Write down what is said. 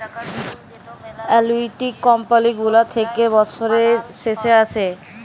আলুইটি কমপালি গুলা থ্যাকে বসরের শেষে আসে